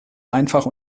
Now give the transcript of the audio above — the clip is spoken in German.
einfach